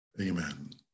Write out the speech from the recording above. Amen